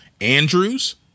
Andrews